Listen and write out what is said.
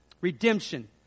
Redemption